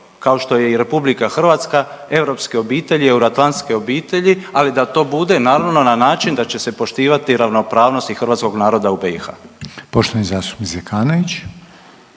kao što je i RH europske obitelji, euroatlantske obitelji, ali da to bude naravno na način da će se poštivati ravnopravnost i hrvatskog naroda u BiH. **Reiner, Željko